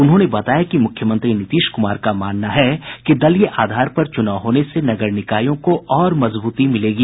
उन्होंने बताया कि मुख्यमंत्री नीतीश कुमार का मानना है कि दलीय आधार पर चुनाव होने से नगर निकायों को और मजबूती मिलेगी